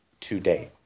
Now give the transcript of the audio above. today